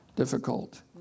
difficult